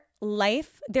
life